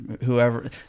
whoever